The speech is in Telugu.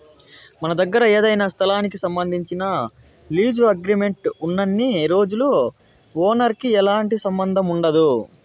మన దగ్గర ఏదైనా స్థలానికి సంబంధించి లీజు అగ్రిమెంట్ ఉన్నన్ని రోజులు ఓనర్ కి ఎలాంటి సంబంధం ఉండదు